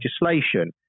legislation